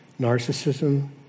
Narcissism